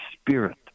spirit